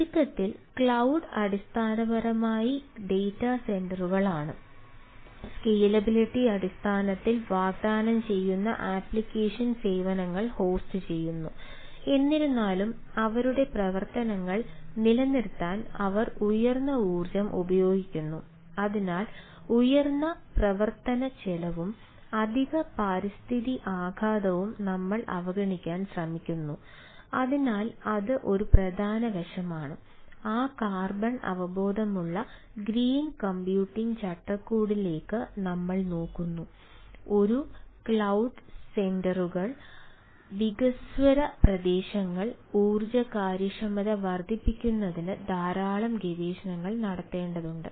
ചുരുക്കത്തിൽ ക്ലൌഡ് വികസ്വര പ്രദേശങ്ങൾ ഊർജ്ജകാര്യക്ഷമത വർദ്ധിപ്പിക്കുന്നതിന് ധാരാളം ഗവേഷണങ്ങൾ നടത്തേണ്ടതുണ്ട്